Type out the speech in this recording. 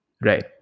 Right